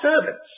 servants